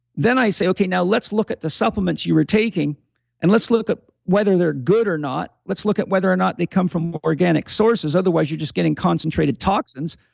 then i say, okay, now let's look at the supplements you were taking and let's look up whether they're good or not. let's look at whether or not they come from organic sources. otherwise you're just getting concentrated toxins.